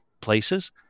places